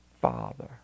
Father